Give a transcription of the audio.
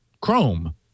Chrome